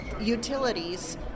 utilities